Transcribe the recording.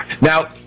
Now